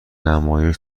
نمایش